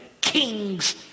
king's